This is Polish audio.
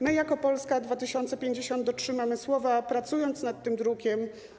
My jako Polska 2050 dotrzymamy słowa, pracujemy nad tym drukiem.